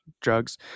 drugs